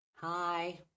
Hi